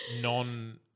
non